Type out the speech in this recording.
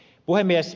puhemies